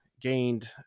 gained